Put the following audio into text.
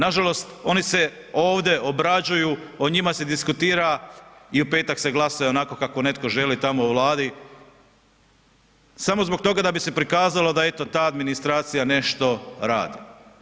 Nažalost, oni se ovdje obrađuju, o njima se diskutira i u peta se glasuje onako kako netko želi tamo u Vladi samo zbog toga da bi se prikazalo da eto ta administracija nešto radi.